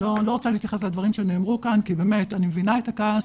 אני לא רוצה להתייחס לדברים שנאמרו כאן כי אני מבינה את הכעס,